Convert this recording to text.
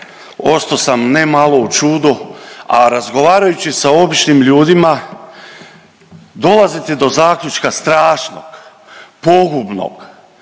osto sam ne malo u čudu, a razgovarajući sa običnim ljudima dolazite do zaključka strašnog, pogubnog,